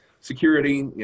Security